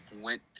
went